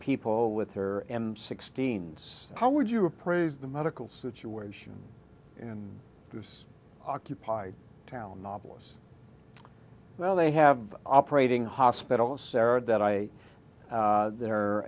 people with her m sixteen s how would you appraise the medical situation in this occupied town novelis well they have operating hospital sara that i they're